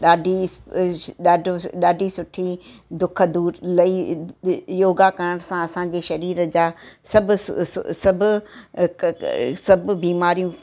ॾाढी ॾाढो ॾाढी सुठी दुख दूरि लई योगा करण सां असांजे शरीर जा सभु स स स सभु क क सभु बीमारियूं